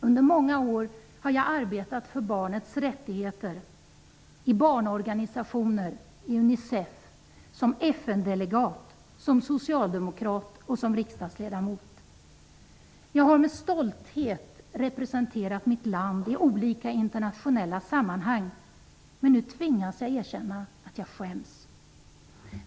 Under många år har jag arbetat för barnens rättigheter i barnorganisationer, i UNICEF, som FN-delegat, som socialdemokrat och som riksdagsledamot. Jag har med stolthet representerat mitt land i olika internationella sammanhang, men nu tvingas jag erkänna att jag skäms.